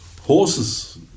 Horses